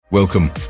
Welcome